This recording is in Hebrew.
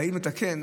באים לתקן,